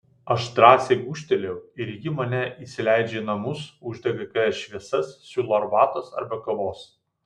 aš drąsiai gūžteliu ir ji mane įsileidžia į namus uždega kelias šviesas siūlo arbatos arba kavos